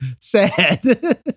Sad